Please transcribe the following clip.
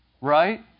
right